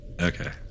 okay